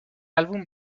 álbum